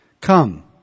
Come